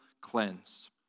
cleanse